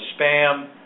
spam